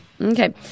Okay